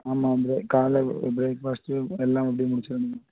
ஆமாம் இங்கே காலைல ப்ரேக்ஃபாஸ்ட் எல்லாம் அப்படியே முடிச்சிடணும்